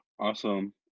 Awesome